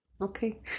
Okay